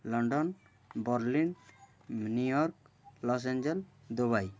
London Berlin New York Los Angeles Dubai